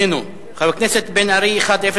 חבר הכנסת משה גפני, איננו.